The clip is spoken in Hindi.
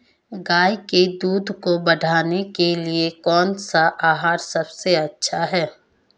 गाय के दूध को बढ़ाने के लिए कौनसा आहार सबसे अच्छा है?